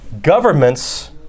Governments